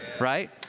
Right